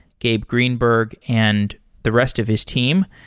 gabe greenberg and the rest of his team.